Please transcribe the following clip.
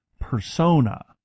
persona